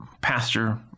pastor